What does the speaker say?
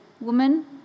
Woman